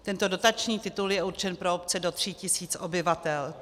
Tento dotační titul je určen pro obce do 3 tis. obyvatel.